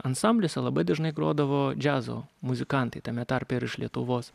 ansambliuose labai dažnai grodavo džiazo muzikantai tame tarpe ir iš lietuvos